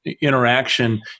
interaction